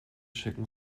schicken